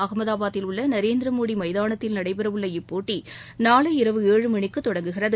அகமதாபாத்தில் உள்ள நரேந்திரமோடி மைதானத்தில் நடைபெறவுள்ள இப்போட்டி நாளை இரவு ஏழு மணிக்கு தொடங்குகிறது